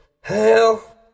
hell